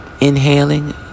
Inhaling